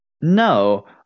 No